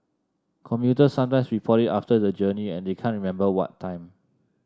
commuters sometime report it after the journey and they can't remember what time